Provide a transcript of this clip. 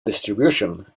distribution